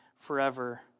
forever